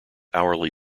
hourly